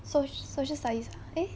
so~ social studies eh